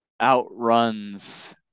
outruns